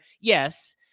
Yes